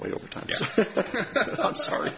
way over time i'm sorry